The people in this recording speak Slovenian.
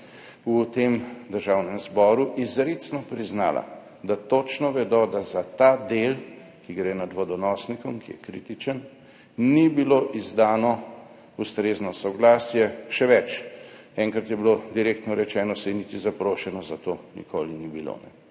v Državnem zboru izrecno priznala, da točno vedo, da za ta del, ki gre nad vodonosnikom, ki je kritičen, ni bilo izdano ustrezno soglasje. Še več, enkrat je bilo direktno rečeno, saj ni bilo nikoli niti